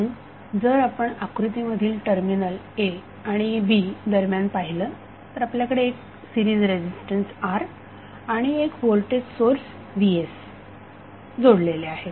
म्हणून जर आपण आकृती मधील टर्मिनल A आणि B दरम्यान पाहिलेत आपल्याकडे एक सिरीज रेझीस्टन्स R आणि एक व्होल्टेज सोर्स vs आता जोडलेले आहेत